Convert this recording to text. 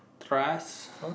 trust